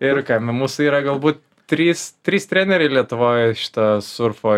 ir nu mūsų yra galbūt trys trys treneriai lietuvoj šito surfo